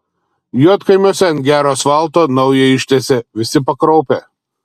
juodkaimiuose ant gero asfalto naują ištiesė visi pakraupę